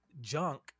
junk